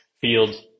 fields